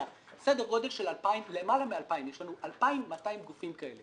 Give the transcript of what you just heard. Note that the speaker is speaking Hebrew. סדר היום הצעת חוק הפיקוח על שירותים פיננסיים (שירותים